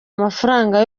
amafaranga